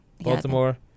Baltimore